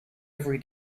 every